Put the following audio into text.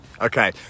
Okay